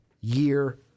year